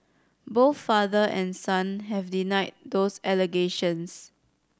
both father and son have denied those allegations